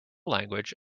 language